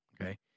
Okay